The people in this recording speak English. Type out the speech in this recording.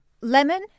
lemon